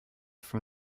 from